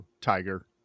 Tiger